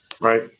Right